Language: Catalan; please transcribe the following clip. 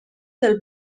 del